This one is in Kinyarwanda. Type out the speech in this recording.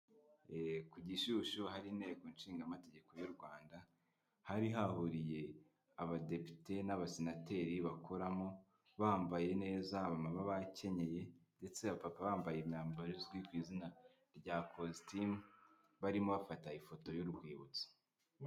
Ku Gishyushyu ahari Inteko Nhingategeko y'u Rwanda, hari hahuriye Abadepite n'Abasenateri bakoramo bambaye neza, abamama bakenyeye ndetse abapapa bambaye imyambaro izwi ku izina rya kositimu, barimo bafata ifoto y'urwibutso.